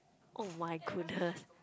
oh my goodness